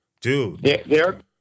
Dude